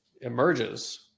emerges